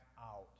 out